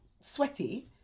sweaty